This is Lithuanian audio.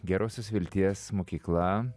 gerosios vilties mokykla